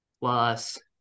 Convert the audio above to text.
Plus